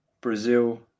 Brazil